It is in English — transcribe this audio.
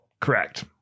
Correct